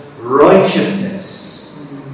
righteousness